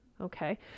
Okay